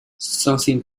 something